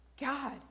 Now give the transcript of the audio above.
God